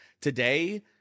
Today